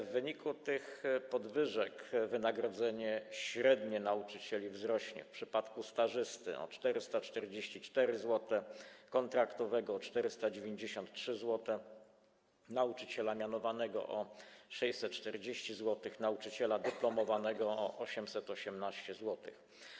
W wyniku tych podwyżek wynagrodzenie średnie nauczycieli wzrośnie: w przypadku stażysty - o 444 zł, kontraktowego - o 493 zł, nauczyciela mianowanego - o 640 zł, nauczyciela dyplomowanego - o 818 zł.